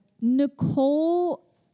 Nicole